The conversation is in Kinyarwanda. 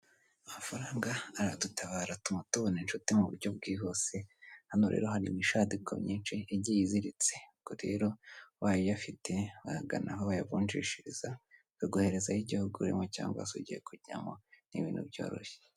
Amafaranga aradutabara, atuma tubona inshuti mu buryo bwihuse. Hano rero hari imishandika myinshi igiye iziritse. Ubwo rero ubaye uyafite wagana aho bayavunjishiriza bakaguhereza ay'igihugu urimo cyangwa se ugiye kujyamo, ni ibintu byoroshye.